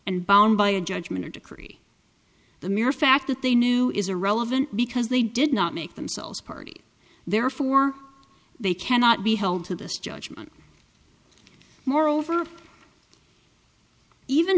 and bound by a judgment or decree the mere fact that they knew is irrelevant because they did not make themselves party therefore they cannot be held to this judgment moreover even